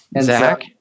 Zach